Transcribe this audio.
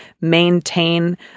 maintain